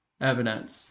evidence